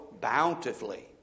bountifully